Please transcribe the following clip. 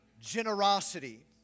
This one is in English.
generosity